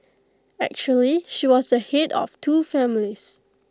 actually she was the Head of two families